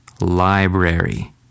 library